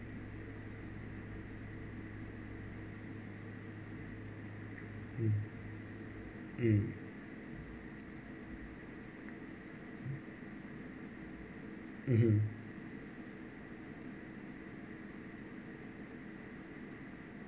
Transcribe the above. mm mm mmhmm